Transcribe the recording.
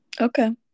Okay